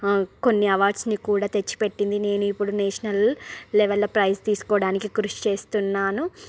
కొన్ని అవార్డ్స్ను కూడా తెచ్చిపెట్టింది నేనిప్పుడు నేషనల్ లెవెల్ల్లో ప్రైజ్ తీసుకోడానికి కృషి చేస్తున్నాను